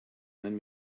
lend